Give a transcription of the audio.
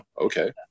okay